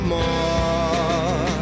more